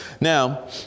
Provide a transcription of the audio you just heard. Now